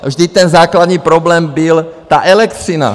Vždyť ten základní problém byl ta elektřina.